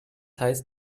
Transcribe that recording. heißt